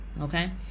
okay